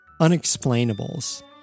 unexplainables